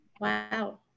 wow